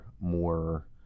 more